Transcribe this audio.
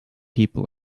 people